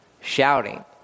Shouting